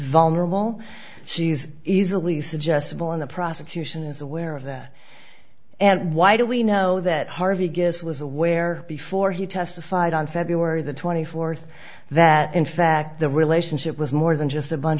vulnerable she is easily suggestible in the prosecution is aware of that and why do we know that harvey guess was aware before he testified on february the twenty fourth that in fact the relationship was more than just a bunch